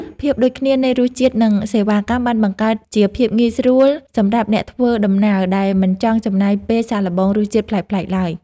ភាពដូចគ្នានៃរសជាតិនិងសេវាកម្មបានបង្កើតជាភាពងាយស្រួលសម្រាប់អ្នកធ្វើដំណើរដែលមិនចង់ចំណាយពេលសាកល្បងរសជាតិ ប្លែកៗឡើយ។